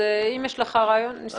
אם יש לך רעיון, נשמח.